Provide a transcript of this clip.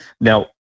now